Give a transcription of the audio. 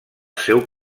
seu